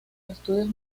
estudios